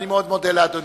אני מודה מאוד לאדוני.